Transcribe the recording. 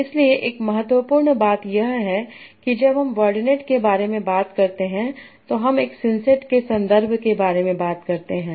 इसलिए एक महत्वपूर्ण बात यह है कि जब हम वर्डनेट के बारे में बात करते हैं तो हम एक सिंसेट के संदर्भ में बात करते हैं